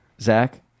zach